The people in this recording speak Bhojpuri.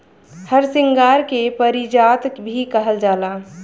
हरसिंगार के पारिजात भी कहल जाला